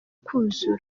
kuzura